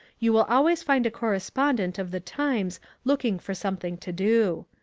you will always find a correspondent of the times looking for something to do.